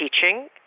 teaching